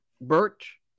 Birch